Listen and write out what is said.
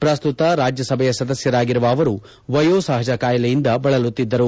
ಪ್ರಸ್ತುತ ರಾಜ್ಯಸಭೆಯ ಸದಸ್ಕರಾಗಿರುವ ಅವರು ವಯೋಸಪಜ ಕಾಯಿಲೆಯಿಂದ ಬಳಲುತ್ತಿದ್ದರು